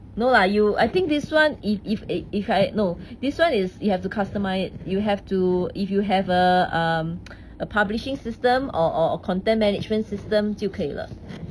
no lah you I think this [one] if if a if I no this [one] is you have to customize it you have to if you have a um a publishing system or or or content management system 就可以了